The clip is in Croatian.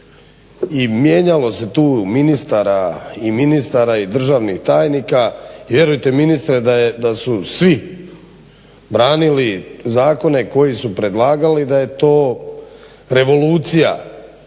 I mijenjalo se tu ministara i ministara i državnih tajnika, vjerujte ministre da su svi branili zakone koje su predlagali, da je to revolucija